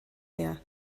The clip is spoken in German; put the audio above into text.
mehr